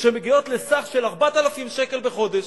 שמגיעות לסך של 4,000 שקלים בחודש,